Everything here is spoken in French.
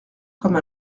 comme